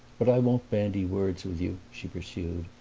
but i won't bandy words with you, she pursued,